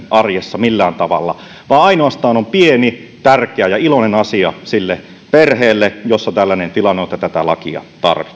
arjessa millään tavalla vaan ainoastaan on pieni tärkeä ja iloinen asia sille perheelle jossa tällainen tilanne on että tätä lakia tarvitaan